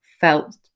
felt